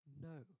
No